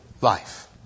life